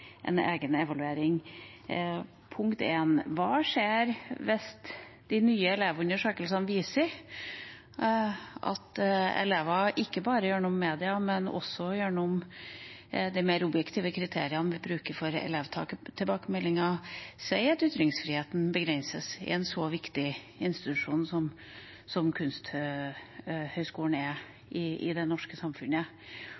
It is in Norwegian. egen evaluering. Punkt 1: Hva skjer hvis de nye elevunderøkelsene viser at elever ikke bare gjennom media, men også gjennom de mer objektive kriteriene vi bruker for elevtilbakemeldinger, sier at ytringsfriheten begrenses i en så viktig institusjon som Kunsthøgskolen er